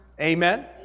Amen